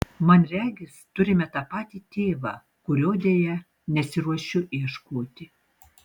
man regis turime tą patį tėvą kurio deja nesiruošiu ieškoti